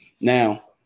now